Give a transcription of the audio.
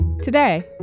Today